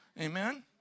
Amen